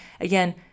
again